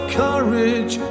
courage